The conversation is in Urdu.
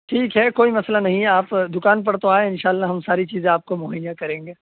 ٹھیک ہے کوئی مسئلہ نہیں ہے آپ دوکان پر تو آئیں انشاء اللہ ہم ساری چیزیں آپ کو مہیا کریں گے